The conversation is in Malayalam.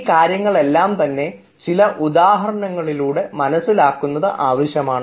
ഈ കാര്യങ്ങൾ എല്ലാം തന്നെ ചില ഉദാഹരണങ്ങളിലൂടെ മനസ്സിലാക്കുന്നത് ആവശ്യമാണ്